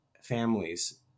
families